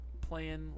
playing